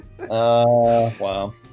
wow